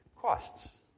Costs